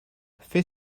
fais